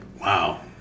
Wow